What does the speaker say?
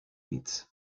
meets